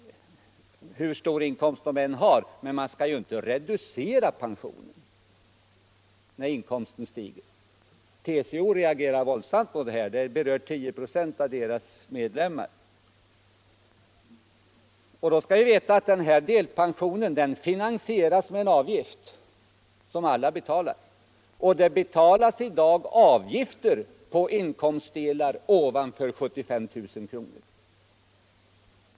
hur stor inkomst en människa än har — men man skall inte reducera pensionen när inkomsten stiger. TCO reagerade våldsamt mot detta. 10 procent av organisationens medlemmar är berörda. Denna delpension finansieras med en avgift, som alla betalar. I dag betalas avgifter på inkomstdelar ovanför 75 000 kr.